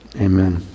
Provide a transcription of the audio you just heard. Amen